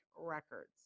records